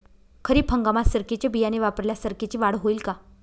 खरीप हंगामात सरकीचे बियाणे वापरल्यास सरकीची वाढ होईल का?